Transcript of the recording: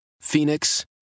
Phoenix